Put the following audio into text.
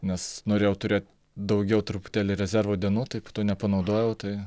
nes norėjau turėt daugiau truputėlį rezervo dienų tai po to nepanaudojau tai